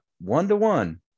one-to-one